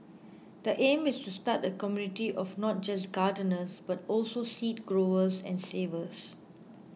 the aim is to start a community of not just gardeners but also seed growers and savers